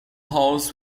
halls